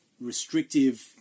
restrictive